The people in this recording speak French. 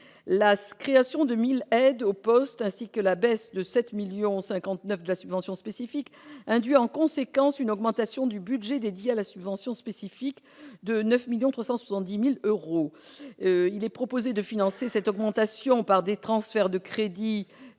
La création de 1 000 aides au poste ainsi que la baisse de 7,59 millions d'euros de la subvention spécifique induisent, en conséquence, une augmentation du budget dédié à la subvention spécifique de 9,37 millions d'euros. Il est proposé de financer cette augmentation par des transferts de crédits.